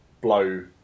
blow